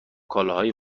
کالاهای